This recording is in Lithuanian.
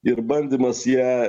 ir bandymas ją